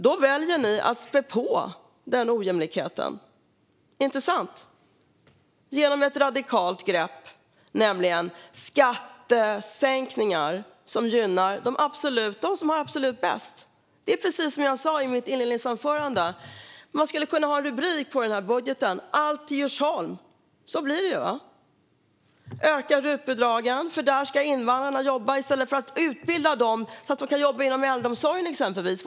Då väljer ni att spä på den ojämlikheten genom ett radikalt grepp, nämligen skattesänkningar som gynnar dem som har det absolut bäst. Det är precis som jag sa i mitt inledningsanförande. Man skulle kunna ha en rubrik för den här budgeten: Allt till Djursholm. Så blir det ju. Ni vill öka RUT-bidragen, för där ska invandrarna jobba, i stället för att utbilda dem så att de kan jobba inom äldreomsorgen, exempelvis.